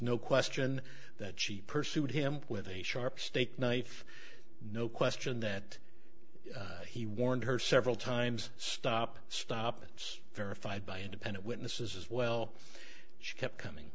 no question that she pursued him with a sharp steak knife no question that he warned her several times stop stop it's verified by independent witnesses as well she kept coming